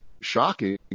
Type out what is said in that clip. shocking